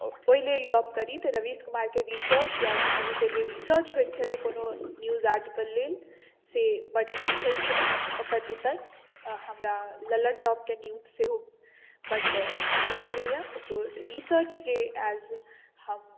ओहि लेल गप करी तऽ रवीश कुमार के रिसर्च या एन डी टी वी के जे रिसर्च होयत छलै कोनो न्यूज ऐड के लेल से बड्ड नीक होयत छलै ओकर इतर हमरा लल्लनटॉप के न्यूज सेहो बड्ड नीक लगैया ओकरो रिसर्च जे एज हम